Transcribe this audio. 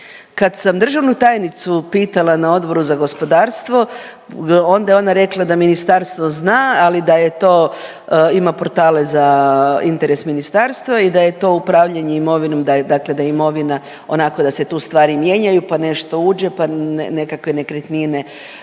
Kad sam državnu tajnicu pitala na Odboru za gospodarstvo onda je ona rekla da ministarstvo zna ali da je to ima portale za interes ministarstva i da je to upravljanje imovinom, dakle da imovina onako da se tu stvari mijenjaju pa nešto uđe, pa nekakve nekretnine